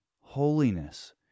holiness